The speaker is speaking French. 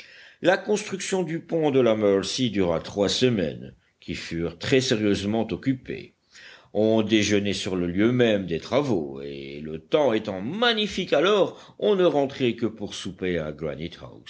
la construction du pont de la mercy dura trois semaines qui furent très sérieusement occupées on déjeunait sur le lieu même des travaux et le temps étant magnifique alors on ne rentrait que pour souper à